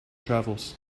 travels